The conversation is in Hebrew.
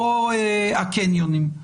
-- או הקניונים.